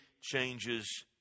changes